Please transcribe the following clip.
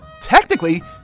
Technically